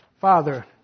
Father